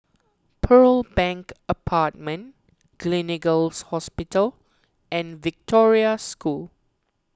Pearl Bank Apartment Gleneagles Hospital and Victoria School